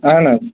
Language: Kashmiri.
اَہَن حظ